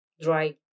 dry